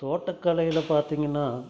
தோட்டக்கலையில் பார்த்தீங்கன்னா